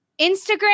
Instagram